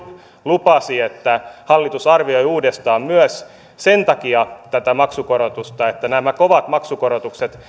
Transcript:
lupasi että hallitus arvioi uudestaan myös sen takia tätä maksukorotusta että nämä kovat maksukorotukset